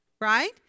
right